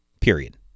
period